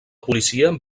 policia